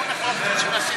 רגע, מה אתי?